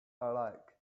alike